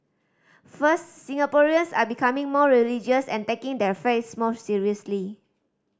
first Singaporeans are becoming more religious and taking their faiths more seriously